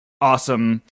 awesome